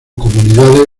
comunidades